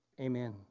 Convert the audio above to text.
amen